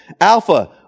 Alpha